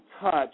touch